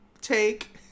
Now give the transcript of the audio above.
take